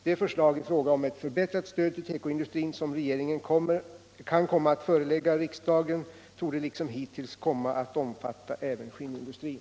De förslag i fråga om ett förbättrat stöd till tekoindustrierna som regeringen kan komma att förelägga riksdagen torde liksom hittills komma att omfatta även skinnindustrin.